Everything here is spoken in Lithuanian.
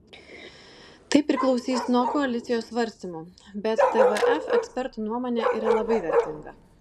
tai priklausys nuo koalicijos svarstymų bet tvf ekspertų nuomonė yra labai vertinga